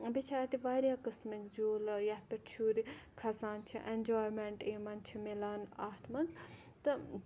بیٚیہِ چھِ اَتہِ واریاہ قٕسمٕکۍ جوٗلہٕ یَتھ پٮ۪ٹھ شُرۍ کھَسان چھِ اٮ۪نجایمینٹ یِمَن چھِ مِلان اَتھ مَنٛز تہٕ